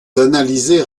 d’analyser